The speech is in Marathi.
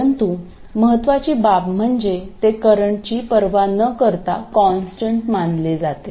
परंतु महत्त्वाची बाब म्हणजे ते करंटची पर्वा न करता कॉन्स्टंट मानले जाते